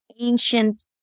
ancient